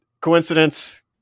Coincidence